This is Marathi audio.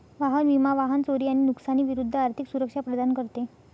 वाहन विमा वाहन चोरी आणि नुकसानी विरूद्ध आर्थिक सुरक्षा प्रदान करते